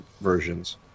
versions